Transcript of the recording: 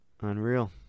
Unreal